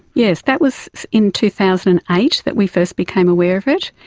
yes, that was in two thousand and eight that we first became aware of it.